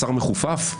שר מחופף?